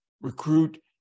recruit